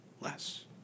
less